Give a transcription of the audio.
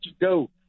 go